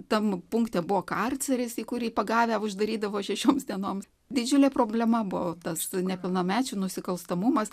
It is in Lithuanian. tam punkte buvo karceris į kurį pagavę uždarydavo šešioms dienoms didžiulė problema buvo tas nepilnamečių nusikalstamumas